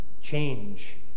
Change